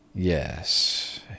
Yes